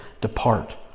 depart